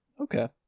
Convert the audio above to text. okay